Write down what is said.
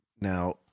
Now